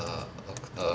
err